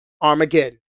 Armageddon